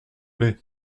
lait